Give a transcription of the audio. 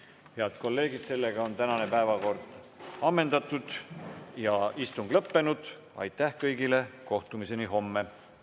Head kolleegid, tänane päevakord on ammendatud ja istung lõppenud. Aitäh kõigile! Kohtumiseni homme.